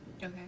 Okay